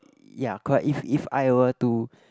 ya correct if if I were to